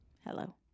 Hello